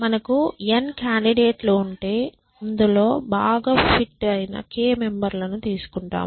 మనకు n candidate లు ఉంటే అందులో బాగా ఫిట్ అయిన k మెంబెర్ లను తీసుకుంటాము